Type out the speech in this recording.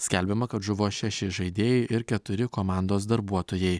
skelbiama kad žuvo šeši žaidėjai ir keturi komandos darbuotojai